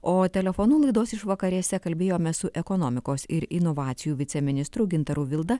o telefonu laidos išvakarėse kalbėjomės su ekonomikos ir inovacijų viceministru gintaru vilda